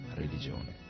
religione